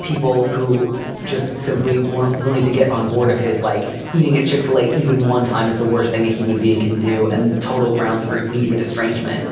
people who just simply weren't willing to get on board of his like eating at chick-fil-a even one time is the worst thing a human being can do. and total grounds for immediate estrangement.